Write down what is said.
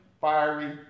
fiery